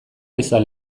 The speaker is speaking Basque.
izan